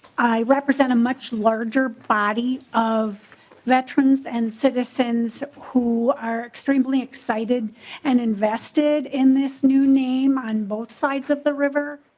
i represent a much larger body of veterans and citizens who are extremely excited and invested in this new name on both sides of the river.